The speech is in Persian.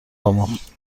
آموخت